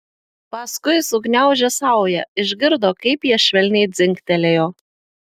paskui sugniaužė saują išgirdo kaip jie švelniai dzingtelėjo